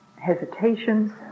hesitations